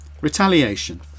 Retaliation